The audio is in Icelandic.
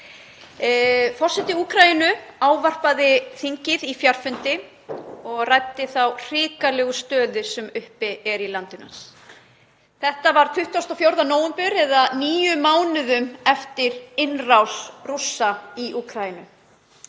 Forseti Úkraínu ávarpaði þingið á fjarfundi og ræddi þá hrikalegu stöðu sem uppi er í landinu. Þetta var 24. nóvember eða níu mánuðum eftir innrás Rússa í Úkraínu.